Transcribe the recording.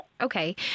Okay